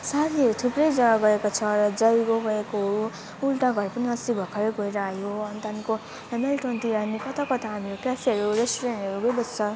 साथीहरू थुप्रै जग्गा गएको छ र जयगाउँ गएको हो उल्टा घर पनि अस्ति भर्खरै गएर आयौँ अनि त्यहाँदेखिको हेमेल्टनतिर हामी कता कता हामीहरू क्याफेहरू रेस्टुरेन्टहरू गइबस्छ